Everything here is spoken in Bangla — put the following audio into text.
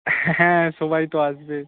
হ্যাঁ সবাই তো আসবে